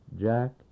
Jack